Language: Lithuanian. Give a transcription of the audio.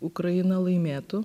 ukraina laimėtų